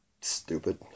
stupid